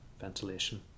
ventilation